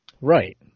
Right